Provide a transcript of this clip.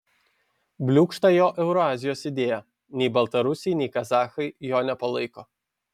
bliūkšta jo eurazijos idėja nei baltarusiai nei kazachai jo nepalaiko